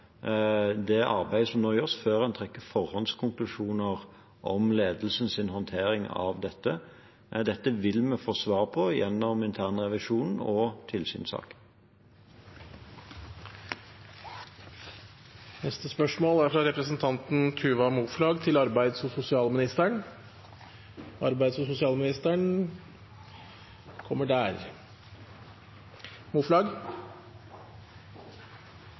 det arbeidet som nå gjøres, før en trekker forhåndskonklusjoner om ledelsens håndtering av dette. Dette vil vi få svar på gjennom internrevisjonen og tilsynssaken. Dette spørsmålet må utsettes til neste spørretime, da utenriksministeren er bortreist. Mitt spørsmål til arbeids- og sosialministeren